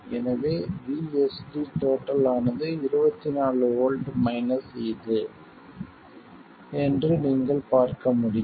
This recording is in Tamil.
எனவே VSD ஆனது 24 வோல்ட் மைனஸ் இது என்று நீங்கள் பார்க்க முடியும்